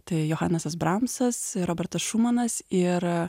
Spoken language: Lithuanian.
tai johanesas bramsas robertas šumanas ir